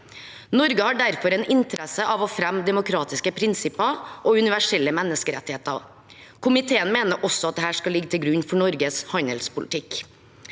Norge har derfor en interesse av å fremme demokratiske prinsipper og universelle menneskerettigheter. Komiteen mener også at dette skal ligge til grunn for Norges handelspolitikk.